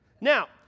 Now